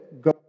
go